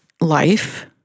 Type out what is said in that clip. life